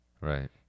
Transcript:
Right